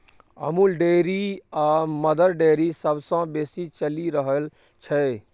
Amul dairy आ Mother Dairy सबसँ बेसी चलि रहल छै